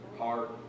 heart